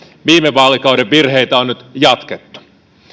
viime vaalikauden virheitä on nyt jatkettu